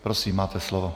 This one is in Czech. Prosím, máte slovo.